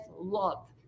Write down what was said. love